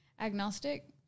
agnostic